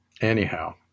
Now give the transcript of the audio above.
Anyhow